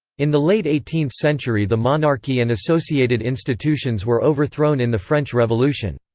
in the late eighteenth century the monarchy and associated institutions were overthrown in the french revolution.